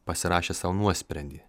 pasirašė sau nuosprendį